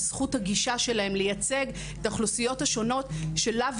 זכות הגישה שלהם לייצג את האוכלוסיות השונות שלאו